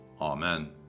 Amen